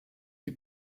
die